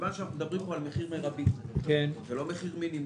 מכיוון שמדובר פה על מחיר מרבי ולא מחיר מינימום,